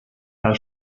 cal